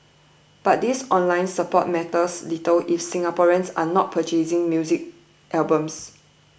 but this online support matters little if Singaporeans are not purchasing music albums